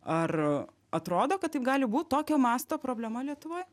ar atrodo kad taip gali būt tokio masto problema lietuvoj